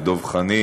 ואת דב חנין,